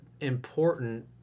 important